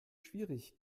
schwierig